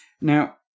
Now